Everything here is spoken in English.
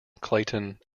clayton